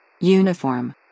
Uniform